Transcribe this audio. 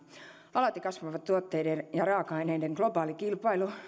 alati kasvava tuotteiden ja raaka aineiden globaali kilpailu